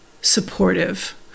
supportive